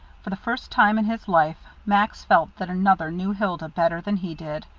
for the first time in his life, max felt that another knew hilda better than he did.